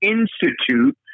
Institute